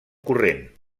corrent